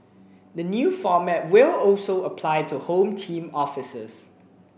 the new format will also apply to Home Team officers